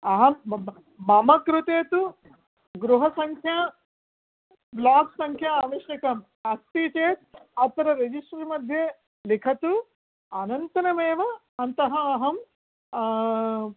अहं मम कृते तु गृहसंख्या ब्लोक् संख्या आवश्यकम् अस्ति चेत् अत्र रेजिष्टर् मध्ये लिखतु अनन्तरम् एव अन्तः अहं